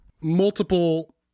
Multiple